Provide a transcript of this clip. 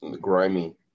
Grimy